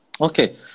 Okay